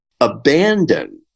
abandon